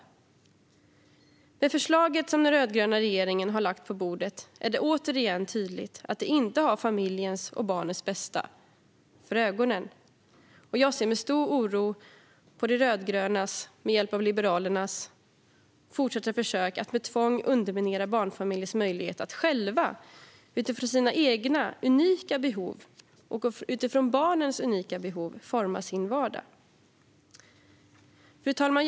Med det förslag som den rödgröna regeringen har lagt på bordet är det återigen tydligt att de inte har familjens och barnens bästa för ögonen. Jag ser med stor oro på de rödgrönas fortsatta försök, med hjälp av Liberalerna, att med tvång underminera barnfamiljers möjlighet att själva, utifrån sina egna och barnens unika behov, forma sin vardag. Fru talman!